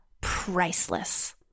priceless